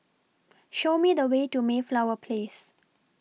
Show Me The Way to Mayflower Place